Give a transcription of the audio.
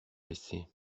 laisser